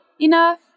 enough